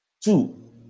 Two